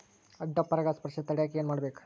ಅಡ್ಡ ಪರಾಗಸ್ಪರ್ಶ ತಡ್ಯಾಕ ಏನ್ ಮಾಡ್ಬೇಕ್?